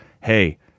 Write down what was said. Hey